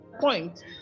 point